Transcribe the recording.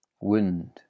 wind